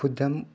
ꯈꯨꯗꯝ